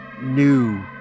new